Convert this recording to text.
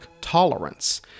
tolerance